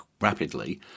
rapidly